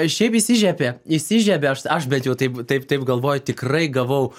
šiaip įsižiebė įsižiebė aš aš bent jau taip taip taip galvoju tikrai gavau